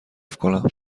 کنم